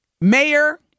Mayor